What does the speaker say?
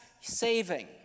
saving